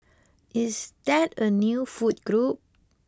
is that a new food group